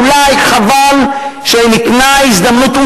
אולי חבל שניתנה הזדמנות,